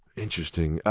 interesting.